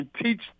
teach